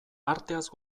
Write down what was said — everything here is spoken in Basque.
arteaz